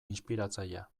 inspiratzailea